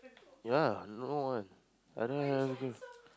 yeah no one I don't have